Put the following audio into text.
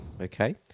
Okay